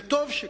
וטוב שכך.